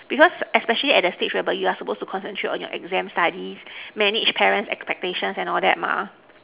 because especially at that stage where by you are supposed to concentrate on your exam studies manage parents' expectations and all that mah